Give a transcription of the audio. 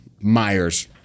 Myers